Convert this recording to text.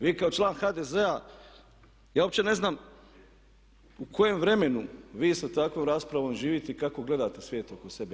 Vi kao član HDZ-a, ja uopće ne znam u kojem vremenu vi sa takvom raspravom živite i kako gledate svijet oko sebe.